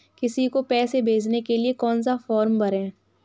किसी को पैसे भेजने के लिए कौन सा फॉर्म भरें?